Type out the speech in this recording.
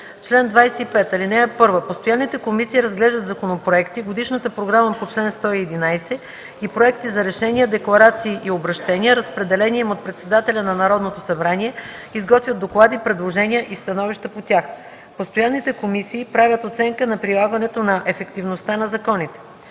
„Чл. 25. (1) Постоянните комисии разглеждат законопроекти, годишната програма по чл. 111 и проекти за решения, декларации и обръщения, разпределени им от председателя на Народното събрание, изготвят доклади, предложения и становища по тях. (2) Постоянните комисии правят оценка на прилагането и ефективността на законите.